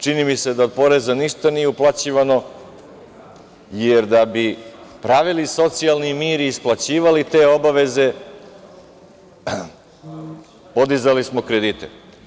Čini mi se da od poreza ništa nije uplaćivano, jer da bi pravili socijalni mir i isplaćivali te obaveze, podizali smo kredite.